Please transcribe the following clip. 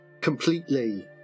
completely